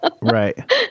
right